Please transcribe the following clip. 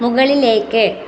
മുകളിലേക്ക്